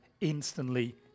instantly